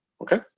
Okay